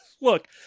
Look